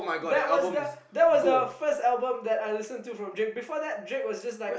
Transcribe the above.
that was the that was the first album that I listen to from Drake before that Drake was just like